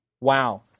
Wow